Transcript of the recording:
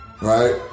Right